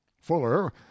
fuller